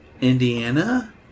Indiana